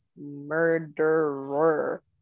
murderer